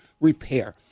repair